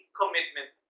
commitment